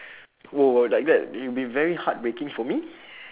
!whoa! like that it'll be very heartbreaking for me